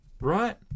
right